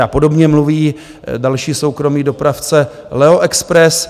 A podobně mluví další soukromý dopravce Leoexpres.